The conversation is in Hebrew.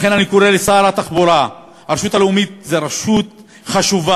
לכן אני קורא לשר התחבורה: הרשות הלאומית היא רשות חשובה,